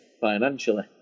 financially